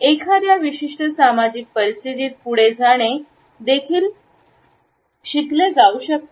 एखाद्या विशिष्ट सामाजिक परिस्थितीत पुढे जाणे देखील हे शिकले जाऊ शकते